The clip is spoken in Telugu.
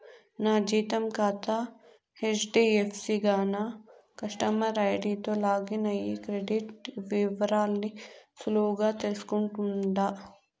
నా జీతం కాతా హెజ్డీఎఫ్సీ గాన కస్టమర్ ఐడీతో లాగిన్ అయ్యి క్రెడిట్ ఇవరాల్ని సులువుగా తెల్సుకుంటుండా